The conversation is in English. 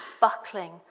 buckling